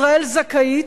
ישראל זכאית,